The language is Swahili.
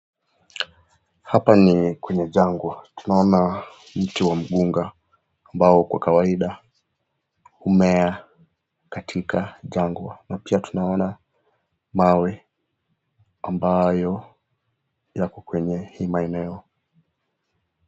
Hapa ni kwenye jangwa. Tunaona mti wa mgunga ambao kwa kawaida humea katika jangwa, na pia tunaona mawe ambayo yako kwenye hii maeneo.